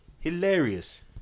hilarious